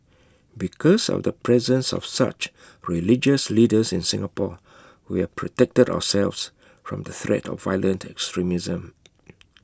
because of the presence of such religious leaders in Singapore we have protected ourselves from the threat of violent extremism